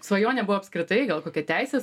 svajonė buvo apskritai gal kokią teisę